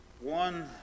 one